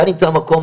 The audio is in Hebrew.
אתה נמצא במקום,